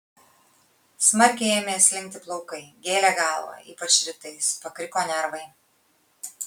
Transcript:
smarkiai ėmė slinkti plaukai gėlė galvą ypač rytais pakriko nervai